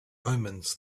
omens